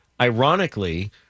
ironically